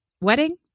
wedding